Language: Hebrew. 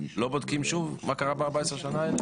לא בודקים שוב מה קרה ב-14 השנים האלה?